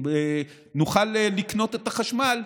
נוכל לקנות את החשמל,